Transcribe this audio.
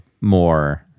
more